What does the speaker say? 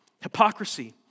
hypocrisy